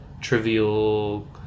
trivial